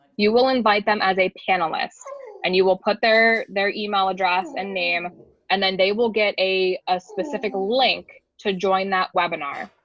you will invite them as a panelist and you will put their their email address and name and then they will get a a specific link to join that webinar.